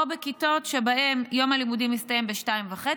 בכיתות שבהן יום הלימודים מסתיים ב-14:30,